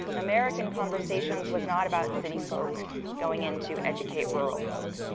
american conversations was not about city folk going in to educate rural folk.